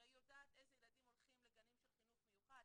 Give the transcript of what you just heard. הרי היא יודעת איזה ילדים הולכים לגנים של חינוך מיוחד,